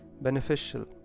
beneficial